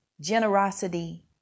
generosity